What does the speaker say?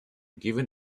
given